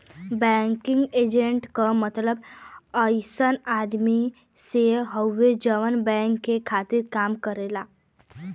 banking agent क मतलब अइसन आदमी से हउवे जौन बैंक के खातिर काम करेला